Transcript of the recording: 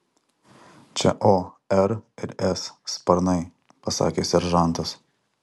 čia o r ir s sparnai pasakė seržantas